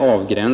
fråga.